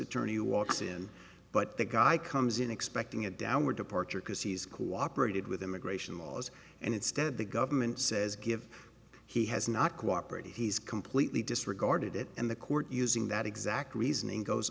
attorney who walks in but the guy comes in expecting a downward departure because he's cooperated with immigration laws and instead the government says give he has not cooperated he's completely disregarded it and the court using that exact reasoning goes